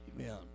Amen